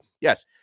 yes